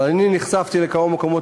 אבל אני נחשפתי אישית לכמה מקומות,